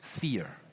fear